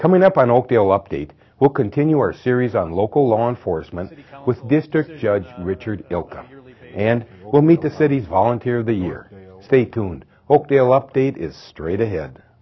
coming up on oakdale update we'll continue our series on local law enforcement with district judge richard ilka and we'll meet the city's volunteer of the year they tuned o p o update is straight ahead